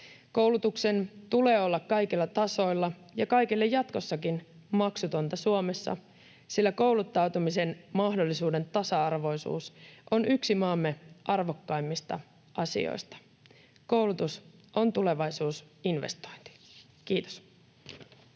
Koulutuksen tulee olla kaikilla tasoilla ja kaikille jatkossakin Suomessa maksutonta, sillä kouluttautumisen mahdollisuuden tasa-arvoisuus on yksi maamme arvokkaimmista asioista. Koulutus on tulevaisuusinvestointi. — Kiitos.